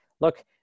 look